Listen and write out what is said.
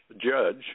judge